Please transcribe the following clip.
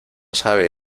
sabe